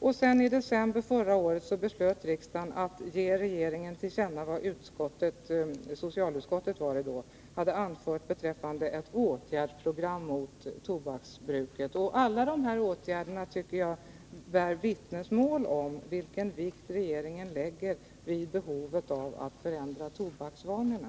Och i december förra året beslöt riksdagen att ge regeringen till känna vad socialutskottet hade anfört beträffande ett åtgärdsprogram mot tobaksbruket. Alla dessa åtgärder tycker jag bär vittnesmål om vilken vikt regeringen lägger vid behovet av att förändra tobaksvanorna.